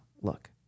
Look